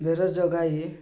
ଭେର ଯଗାଇ